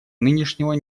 нынешнего